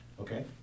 Okay